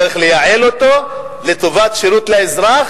צריך לייעל אותו לטובת שירות לאזרח,